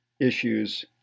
issues